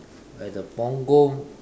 at the Punggol